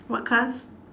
what cars